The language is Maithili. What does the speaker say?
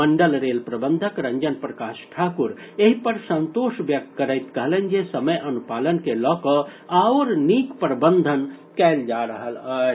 मंडल रेल प्रबंधक रंजन प्रकाश ठाकुर एहि पर संतोष व्यक्त करैत कहलनि जे समय अनुपालन के लऽकऽ आओर नीक प्रबंधन कयल जा रहल अछि